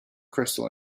crystal